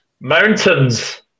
Mountains